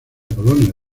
polonia